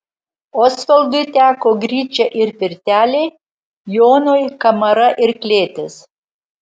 osvaldui teko gryčia ir pirtelė jonui kamara ir klėtis